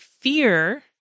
fear